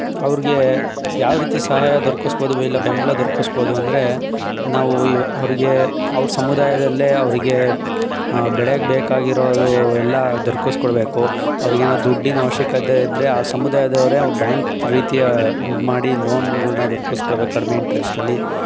ಅವ್ರಿಗೆ ಯಾವ ರೀತಿ ಸಹಾಯ ದೊರಕಿಸ್ಬೋದು ಇಲ್ಲ ಬೆಂಬಲ ದೊರಕಿಸ್ಬೋದು ಅಂದರೆ ನಾವು ಇವು ಅವರಿಗೆ ಅವ್ರ ಸಮುದಾಯದಲ್ಲೇ ಅವ್ರಿಗೆ ಬೆಳೆಗೆ ಬೇಕಾಗಿರೋದು ಎಲ್ಲ ದೊರಕಿಸ್ಕೊಡ್ಬೇಕು ಅವ್ರ್ಗೆ ಏನು ದುಡ್ಡಿನ ಅವಶ್ಯಕತೆ ಇದ್ದರೆ ಆ ಸಮುದಾಯದವರೇ ಬ್ಯಾಂಕ್ ರೀತಿಯ ಇದು ಮಾಡಿ ಲೋನ್ಗಳ್ನ ದೊರ್ಕಸ್ಕೊಡ್ಬೇಕು ಕಡಿಮೆ ಇಂಟ್ರೆಸ್ಟಲ್ಲಿ